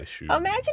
imagine